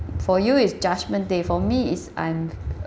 for you it's judgment day for me it's I'm